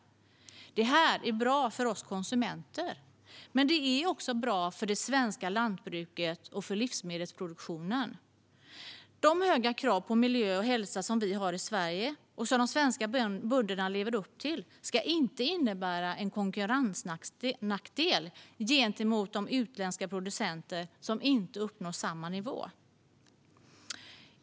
Detta är bra för oss konsumenter, men det är också bra för det svenska lantbruket och för livsmedelsproduktionen. De höga krav på miljö och hälsa som vi har i Sverige och som de svenska bönderna lever upp till ska inte innebära en konkurrensnackdel gentemot de utländska producenter som inte uppnår samma nivå.